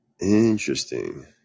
Interesting